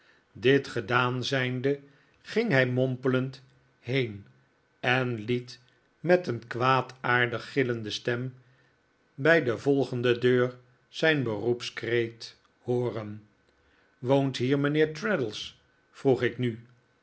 dit gedaan zijnde ging hij mompelend heen en liet met een kwaadaardig gillende stem bij de volgende deur zijn beroepskreet hooren woont hier mijnheer traddles vroeg ik nu